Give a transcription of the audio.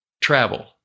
travel